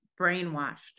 brainwashed